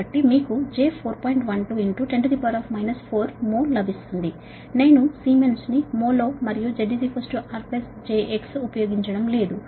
12 10 4 మొ లభిస్తుంది నేను Siemens ను ఉపయోగించడం లేదు మొ ను ఉపయోగిస్తున్నాను మరియు Z R j X